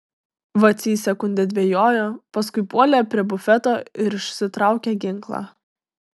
vacys sekundę dvejojo paskui puolė prie bufeto ir išsitraukė ginklą